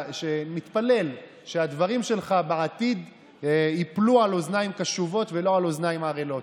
נתפלל שהדברים שלך בעתיד ייפלו על אוזניים קשובות ולא על אוזניים ערלות,